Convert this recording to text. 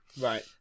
Right